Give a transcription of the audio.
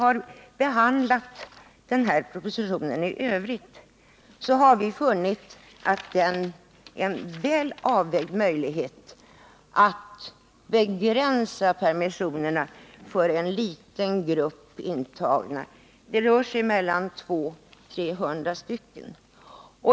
Vid behandlingen av propositionen i övrigt har vi funnit en väl avvägd möjlighet att begränsa permissionerna för en liten grupp intagna. Det rör sig om 200-300 intagna.